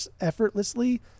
effortlessly